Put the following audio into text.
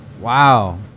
Wow